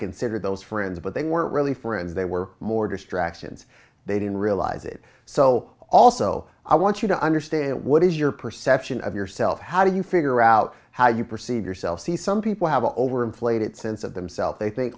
consider those friends but they weren't really friends they were more distractions they didn't realize it so also i want you to understand what is your perception of yourself how do you figure out how you perceive yourself see some people have a overinflated sense of themselves they think